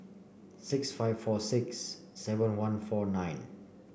six five four six seven one four nine